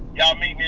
y'all meet